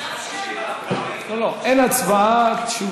אין הצבעה.